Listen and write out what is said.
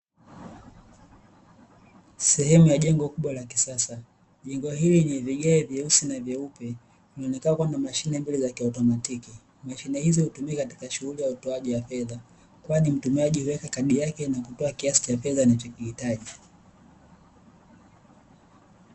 Sehemu ya jengo kubwa la kisasa, jengo hili lenye vigae vyeusi na vyeupe, linaonekana kuwa na mashine mbili za kiautomatiki. Mashine hizo hutumika katika shughuli ya utoaji wa fedha, kwani mtumiaji huweka kadi yake na kutoa kiasi cha fedha anachokihitaji.